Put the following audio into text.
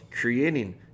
creating